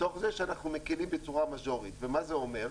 תוך זה שאנחנו מקלים בצורה מאז'ורית, ומה זה אומר?